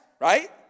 Right